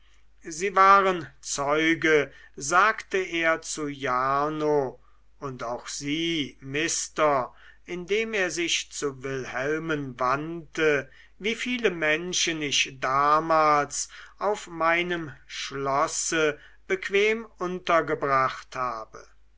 sie waren zeuge sagte er zu jarno und auch sie mister indem er sich zu wilhelmen wandte wie viele menschen ich damals auf meinem schlosse bequem untergebracht habe